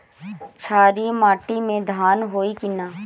क्षारिय माटी में धान होई की न?